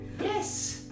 yes